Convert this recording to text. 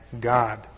God